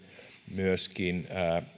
myöskin